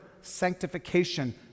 sanctification